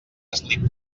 eslip